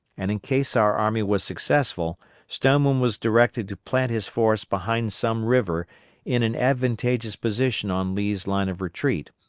and in case our army was successful stoneman was directed to plant his force behind some river in an advantageous position on lee's line of retreat,